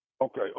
Okay